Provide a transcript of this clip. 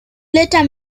later